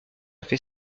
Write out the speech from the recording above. fait